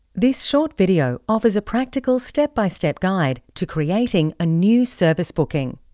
this short video offers a practical step-by-step guide to creating a new service booking.